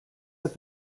have